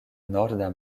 norda